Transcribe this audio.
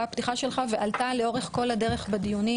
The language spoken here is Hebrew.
הפתיחה שלך ועלתה לאורך כל הדרך בדיונים,